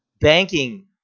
banking